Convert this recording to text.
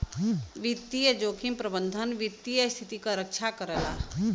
वित्तीय जोखिम प्रबंधन वित्तीय स्थिति क रक्षा करला